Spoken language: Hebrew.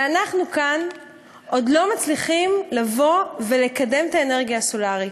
ואנחנו כאן עוד לא מצליחים לבוא ולקדם את האנרגיה הסולרית.